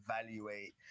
evaluate